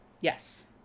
Yes